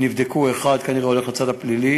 נבדק אחד וכנראה הולך לצד הפלילי,